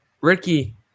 Ricky –